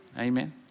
Amen